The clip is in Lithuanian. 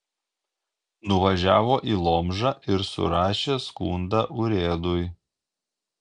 nuvažiavo į lomžą ir surašė skundą urėdui